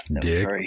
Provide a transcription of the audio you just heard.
Dick